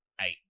eight